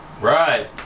Right